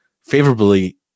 favorably